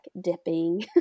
dipping